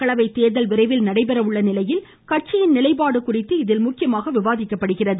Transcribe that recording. மக்களவை தேர்தல் விரைவில் நடைபெறஉள்ள நிலையில் கட்சியின் நிலைப்பாடு குறித்து இதில் முக்கியமாக விவாதிக்கப்படுகிறது